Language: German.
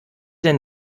denn